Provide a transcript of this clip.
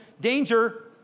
Danger